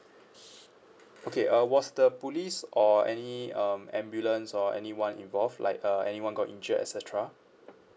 okay uh was the police or any um ambulance or anyone involved like uh anyone got injured et cetera